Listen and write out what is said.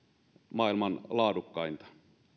maailman laadukkainta